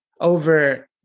over